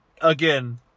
Again